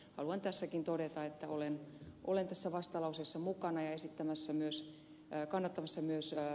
haluan tässäkin todeta että olen tässä vastalauseessa mukana ja kannattamassa myös ed